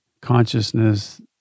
consciousness